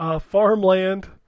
Farmland